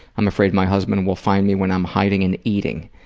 i'm afraid my husband will find me when i'm hiding and eating.